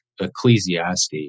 Ecclesiastes